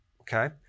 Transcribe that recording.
Okay